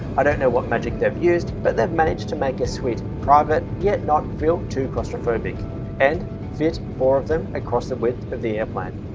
i don't know what magic they've used but they've managed to make a suite private, yet not feel too claustrophobic and fit four of them across the width of the airplane.